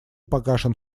погашен